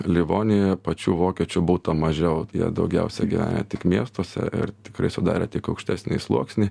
livonijoje pačių vokiečių būta mažiau tai jie daugiausia gyvenę tik miestuose ir tikrai sudarė tik aukštesnįjį sluoksnį